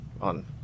on